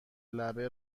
لبه